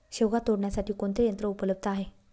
शेवगा तोडण्यासाठी कोणते यंत्र उपलब्ध आहे?